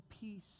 peace